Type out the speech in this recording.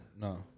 No